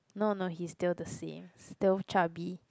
no no he's still the same still chubby